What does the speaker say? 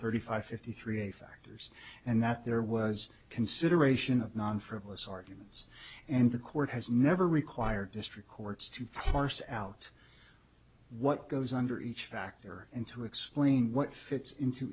thirty five fifty three factors and that there was consideration of non frivolous arguments and the court has never required district courts to parse out what goes under each factor and to explain what fits into